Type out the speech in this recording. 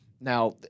Now